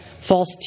false